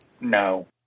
no